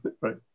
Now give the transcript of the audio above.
right